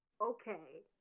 Okay